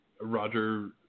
Roger